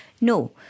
No